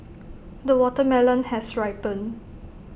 the watermelon has ripened